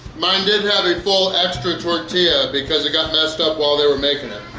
mine did have a full extra tortilla because it got messed up while they were making it.